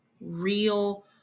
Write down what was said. real